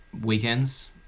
Weekends